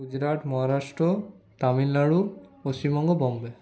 Gujarat Maharashtra Tamil Nadu Paschimbanga Bombay